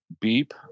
beep